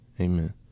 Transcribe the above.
Amen